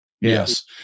Yes